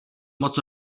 moc